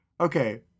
Okay